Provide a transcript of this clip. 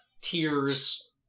Tears